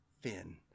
Finn